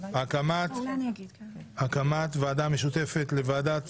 הקמת ועדה משותפת לוועדת